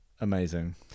Amazing